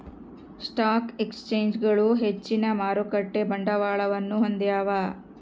stock ಎಕ್ಸ್ಚೇಂಜ್ಗಳು ಹೆಚ್ಚಿನ ಮಾರುಕಟ್ಟೆ ಬಂಡವಾಳವನ್ನು ಹೊಂದ್ಯಾವ